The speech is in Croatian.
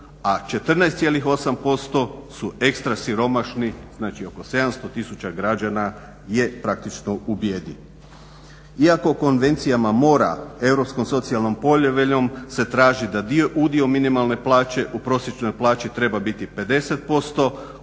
a 14,8% su ekstra siromašni. Znači, oko 700 tisuća građana je praktično u bijedi. Iako konvencijama mora Europskom socijalnom poveljom se tražiti da udio minimalne plaće u prosječnoj plaći treba biti 50%